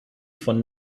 von